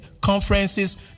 conferences